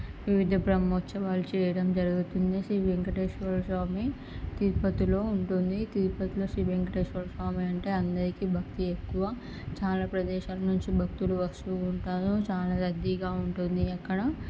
వివిధ బ్రహ్మోత్సవాలు చేయడం జరుగుతుంది శ్రీ వెంకటేశ్వర స్వామి తిరుపతిలో ఉంటుంది తిరుపతిలో శ్రీ వెంకటేశ్వర స్వామి అంటే అందరికీ భక్తి ఎక్కువ చాలా ప్రదేశాల నుంచి భక్తులు వస్తూ ఉంటారు చాలా రద్దీగా ఉంటుంది అక్కడ